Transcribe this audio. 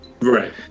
Right